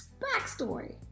backstory